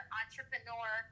entrepreneur